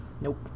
Nope